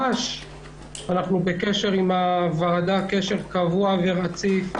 אנחנו בקשר עם הוועדה, קשר קבוע ורציף.